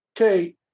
Okay